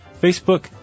Facebook